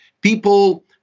People